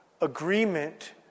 agreement